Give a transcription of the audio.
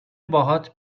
باهات